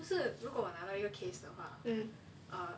就是如果拿到一个 case 的话 um